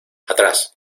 atrás